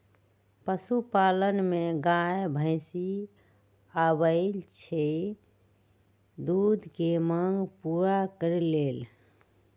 पशुपालन में गाय भइसी आबइ छइ दूध के मांग पुरा करे लेल